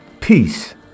peace